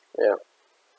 ya